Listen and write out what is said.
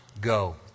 go